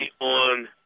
on